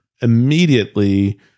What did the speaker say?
immediately